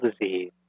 disease